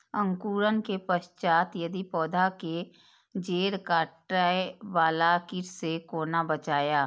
अंकुरण के पश्चात यदि पोधा के जैड़ काटे बाला कीट से कोना बचाया?